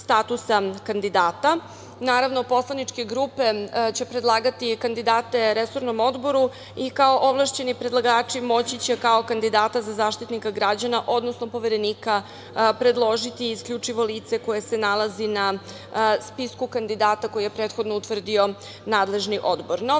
statusa kandidata. Naravno, poslaničke grupe će predlagati kandidate resornom odboru i kao ovlašćeni predlagači moći će kao kandidata za Zaštitnika građana, odnosno Poverenika predložiti isključivo lice koje se nalazi na spisku kandidata koji je prethodno utvrdio nadležni odbor. Na